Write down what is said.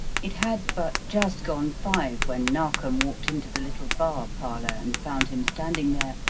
it had but just gone five when narkom walked into the little bar parlour and found him standing there,